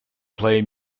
play